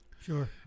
Sure